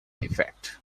effect